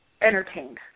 entertained